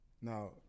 Now